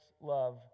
love